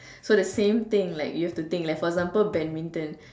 so the same thing like you have to think for example badminton